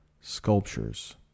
sculptures